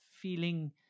feeling